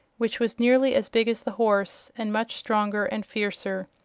which was nearly as big as the horse and much stronger and fiercer.